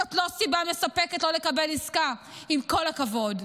זאת לא סיבה מספקת לא לקבל עסקה, עם כל הכבוד.